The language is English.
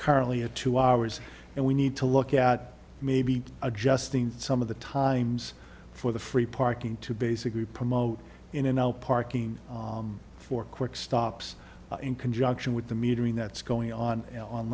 currently a two hours and we need to look at maybe adjusting some of the times for the free parking to basically promote in and out parking for quick stops in conjunction with the metering that's going on